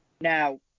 Now